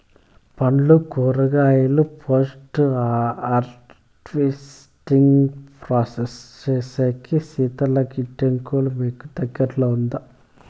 పండ్లు కూరగాయలు post harvesting process సేసేకి శీతల గిడ్డంగులు మీకు దగ్గర్లో ఉందా?